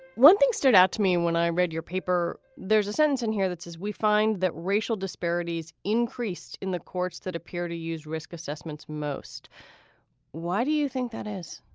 one thing stood out to me when i read your paper, there's a sense in here that says we find that racial disparities increased in the courts that appear to use risk assessments most why do you think that is?